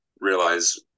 realize